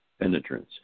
penetrance